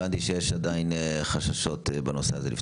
הבנתי שעדיין יש חששות בנושא הזה.